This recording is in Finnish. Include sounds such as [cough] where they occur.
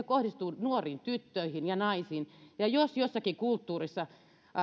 [unintelligible] kohdistuu nuoriin tyttöihin ja naisiin ja jos jossakin kulttuurissa